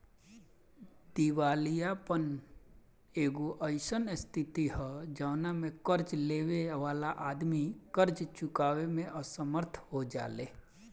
दिवालियापन एगो अईसन स्थिति ह जवना में कर्ज लेबे वाला आदमी कर्ज चुकावे में असमर्थ हो जाले